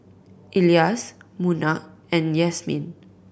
Elyas Munah and Yasmin